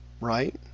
Right